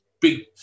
big